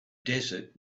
desert